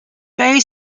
bey